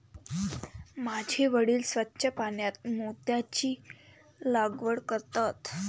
माझे वडील स्वच्छ पाण्यात मोत्यांची लागवड करतात